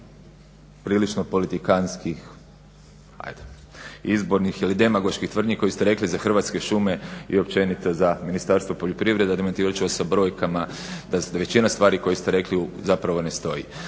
prilično politikantskih hajde izbornih ili demagoških tvrdnji koji ste rekli za Hrvatske šume i općenito za Ministarstvo poljoprivrede …/Govornik se ne razumije./… sa brojkama da većina stvari koju ste rekli zapravo ne stoji.